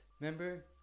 Remember